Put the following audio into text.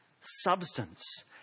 substance